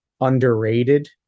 underrated